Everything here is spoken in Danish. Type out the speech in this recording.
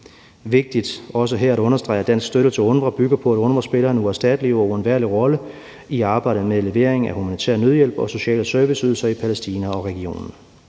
vigtigt at understrege, at den danske støtte til UNRWA bygger på, at UNRWA spiller en uerstattelig og uundværlig rolle i arbejdet med levering af humanitær nødhjælp og social service-ydelser i Palæstina og i regionen.